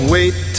Wait